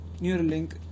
Neuralink